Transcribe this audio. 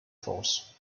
force